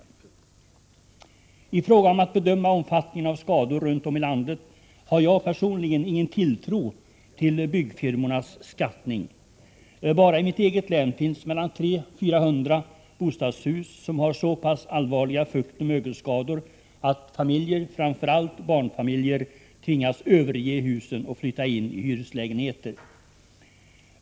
När det gäller att bedöma omfattningen av skadorna runt om i landet har jag personligen ingen tilltro till byggfirmornas skattning. Bara i mitt eget län finns mellan 300 och 400 bostadshus, som har så pass allvarliga fuktoch mögelskador att familjer, framför allt barnfamiljer, tvingats överge husen och flytta in i hyreslägenheter.